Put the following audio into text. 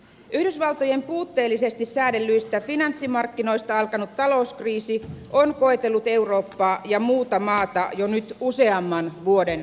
yhdysvaltojen puutteellisesti säädellyistä finanssimarkkinoista alkanut talouskriisi on koetellut eurooppaa ja muuta maailmaa jo nyt useamman vuoden ajan